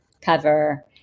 cover